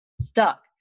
stuck